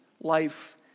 life